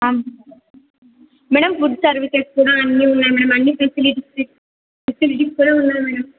madam food services కూడా అన్నీ ఉన్నాయి మేడం అన్ని ఫెసిలిటీస్ ఫెసిలిటీస్ కూడా ఉన్నాయి మేడం